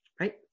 right